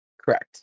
Correct